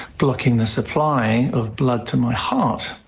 blocking the supply of blood to my heart.